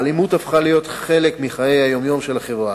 האלימות הפכה להיות חלק מחיי היום-יום של החברה,